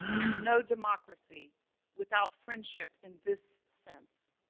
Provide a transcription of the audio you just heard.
and no democracy without friendship in this sense.